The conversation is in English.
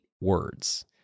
words